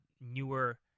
newer